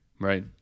right